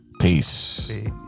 peace